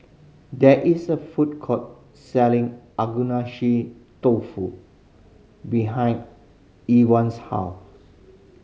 there is a food court selling Agedashi Dofu behind Irven's house